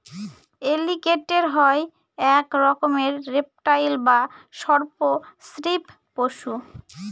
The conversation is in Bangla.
এলিগেটের হয় এক রকমের রেপ্টাইল বা সর্প শ্রীপ পশু